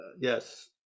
Yes